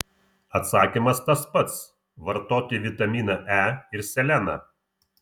atsakymas tas pats vartoti vitaminą e ir seleną